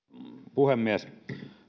puhemies